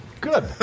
Good